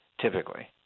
typically